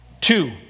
Two